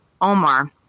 Omar